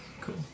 Cool